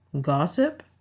gossip